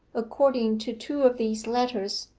according to two of these letters,